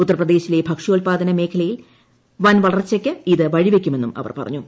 ഉത്തർപ്രദേശിലെ ഭക്ഷ്യോത്പാദന മേഖലയിൽ വൻവളർച്ചയ്ക്ക് ഇത് വഴിവയ്ക്കുമെന്നും അവർ പറഞ്ഞു